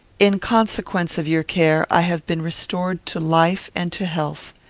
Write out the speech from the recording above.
in consequence of your care, i have been restored to life and to health.